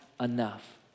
enough